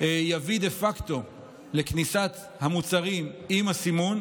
יביא דה פקטו לכניסת המוצרים עם הסימון,